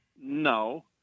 No